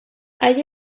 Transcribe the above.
hay